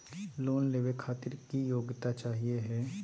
Loan लेवे खातीर की योग्यता चाहियो हे?